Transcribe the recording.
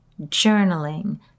Journaling